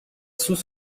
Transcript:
sous